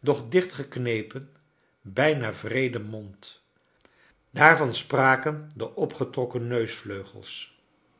doch dichtgeknepen bijnct wreede mond daarvan spraken de opgetrokken